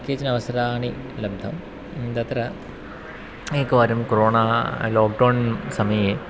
केचन अवसराणि लब्धं तत्र एकवारं कोरोना लोक्डौन् समये